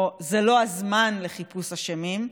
או: זה לא הזמן לחיפוש אשמים,